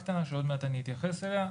שעוד מעט אני אתייחס אליה.